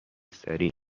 سریع